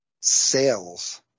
sales